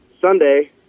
Sunday